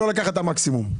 לא לקחת את המקסימום,